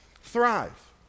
thrive